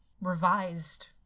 revised